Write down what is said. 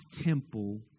temple